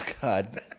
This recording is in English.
God